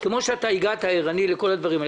כמו שהגעת ערני לכל הדברים האלה,